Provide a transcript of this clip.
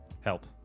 Help